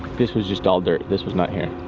this was just all dirt, this was not here.